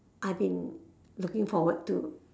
I been looking forward to